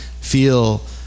feel